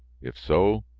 if so,